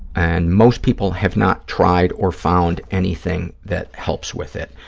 and most people have not tried or found anything that helps with it.